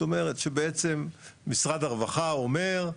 זאת אומרת שבעצם משרד הרווחה אומר,